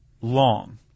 Long